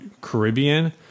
Caribbean